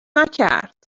نکرد